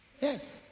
Yes